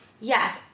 Yes